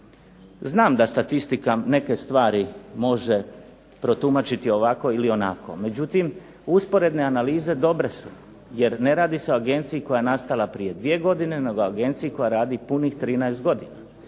Znam da statistika neke stvari može protumačiti ovako ili onako. Međutim, usporedne analize dobre su, jer ne radi se o agenciji koja je nastala prije dvije godine, nego o agenciji koja radi punih 13 godina.